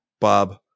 Bob